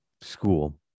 school